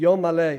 יום מלא אתם,